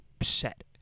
set